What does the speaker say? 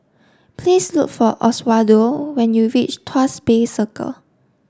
please look for Oswaldo when you reach Tuas Bay Circle